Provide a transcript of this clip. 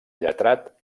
lletrat